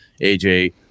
AJ